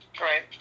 Right